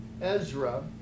Ezra